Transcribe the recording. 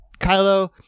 Kylo